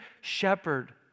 shepherd